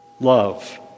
love